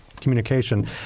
communication